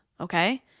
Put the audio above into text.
okay